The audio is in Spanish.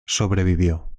sobrevivió